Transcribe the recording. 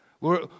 Lord